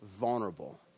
vulnerable